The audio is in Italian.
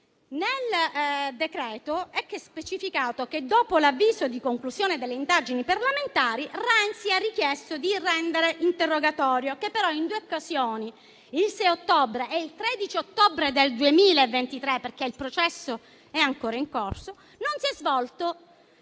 Nel decreto viene specificato che, dopo l'avviso di conclusione delle indagini parlamentari, Renzi ha richiesto di rendere interrogatorio, che però in due occasioni, il 6 ottobre e il 13 ottobre 2023 (perché il processo è ancora in corso), non si è svolto